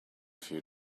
few